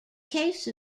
case